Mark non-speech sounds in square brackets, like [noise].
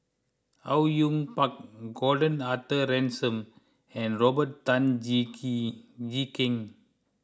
Au Yue Pak Gordon Arthur Ransome and Robert Tan [unintelligible] Jee Keng